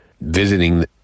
visiting